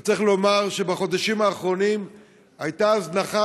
אבל צריך לומר שבחודשים האחרונים הייתה הזנחה